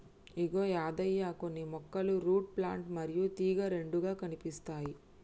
ఇగో యాదయ్య కొన్ని మొక్కలు root plant మరియు తీగ రెండుగా కనిపిస్తాయి